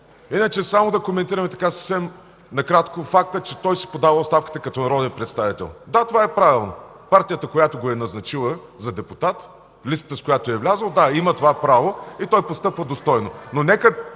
Иначе само да коментираме съвсем накратко факта, че той си подава оставката като народен представител... Да, това е правилно. Партията, която го е предложила за депутат, листата, с която е влязъл – да, той има това право и постъпва достойно. Нека